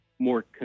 more